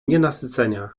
nienasycenia